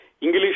English